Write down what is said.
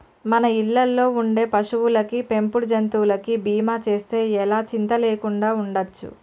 మన ఇళ్ళల్లో ఉండే పశువులకి, పెంపుడు జంతువులకి బీమా చేస్తే ఎలా చింతా లేకుండా ఉండచ్చు